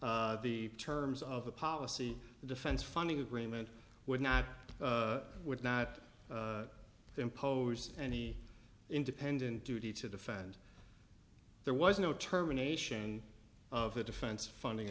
the terms of the policy defense funding agreement would not would not impose any independent duty to defend there was no terminations and of a defense funding